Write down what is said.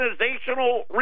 organizational